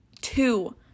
two